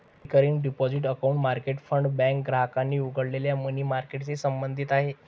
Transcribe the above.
recurring deposit account market fund bank ग्राहकांनी उघडलेल्या money मार्केटशी संबंधित आहे